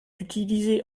utilisé